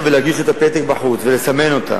להגיש לו את הפתק בחוץ ולסמן אותו,